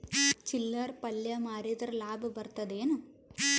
ಚಿಲ್ಲರ್ ಪಲ್ಯ ಮಾರಿದ್ರ ಲಾಭ ಬರತದ ಏನು?